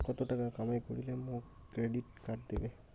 কত টাকা কামাই করিলে মোক ক্রেডিট কার্ড দিবে?